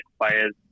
players